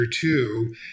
two